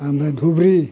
ओमफ्राय धुबुरी